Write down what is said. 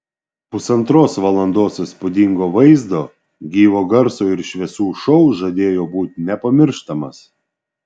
pusantros valandos įspūdingo vaizdo gyvo garso ir šviesų šou žadėjo būti nepamirštamas